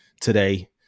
today